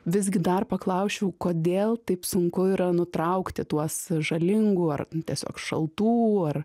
visgi dar paklausčiau kodėl taip sunku yra nutraukti tuos žalingų ar tiesiog šaltų ar